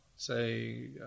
say